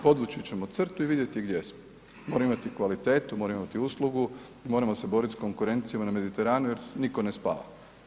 Podvući ćemo crtu i vidjeti gdje smo, morao imati kvalitetu, morao imati uslugu i moramo se boriti sa konkurencijom na Mediteranu jer nitko ne spava.